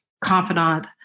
confidant